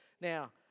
Now